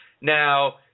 Now